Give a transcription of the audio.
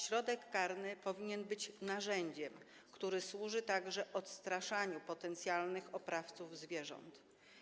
Środek karny powinien być narzędziem, który służy także odstraszaniu potencjalnych oprawców zwierząt.